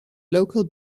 local